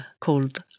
called